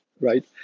right